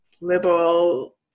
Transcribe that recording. liberal